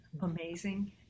amazing